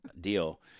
Deal